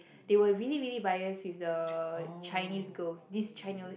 they were really really biased with the Chinese girls these Chine~